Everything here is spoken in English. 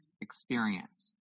experience